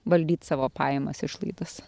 valdyt savo pajamas išlaidas